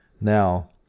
Now